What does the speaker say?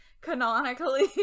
Canonically